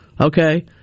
Okay